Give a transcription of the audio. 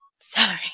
Sorry